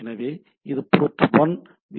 எனவே இது port 1 we